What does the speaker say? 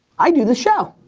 i do the show.